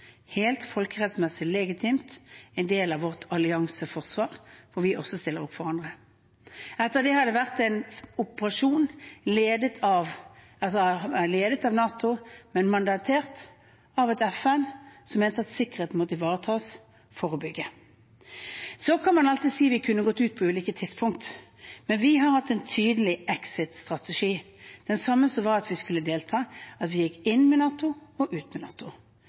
del av vårt allianseforsvar, hvor vi også stiller opp for andre. Etter det har det vært en operasjon ledet av NATO, men mandatert av FN, som mente at sikkerheten måtte ivaretas for å bygge. Så kan man alltid si at vi kunne gått ut på ulike tidspunkt. Men vi har hatt en tydelig exit-strategi – og det samme for at vi skulle delta: at vi gikk inn med NATO, og ut med NATO.